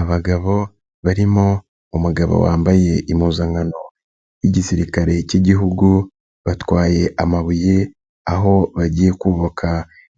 Abagabo barimo umugabo wambaye impuzankano y'igisirikare cy'igihugu, batwaye amabuye aho bagiye kubaka